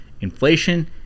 inflation